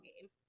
game